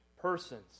persons